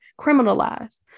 criminalized